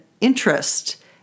interest